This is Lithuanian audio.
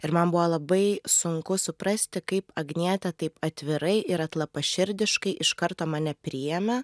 ir man buvo labai sunku suprasti kaip agnietė taip atvirai ir atlapaširdiškai iš karto mane priėmė